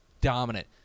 dominant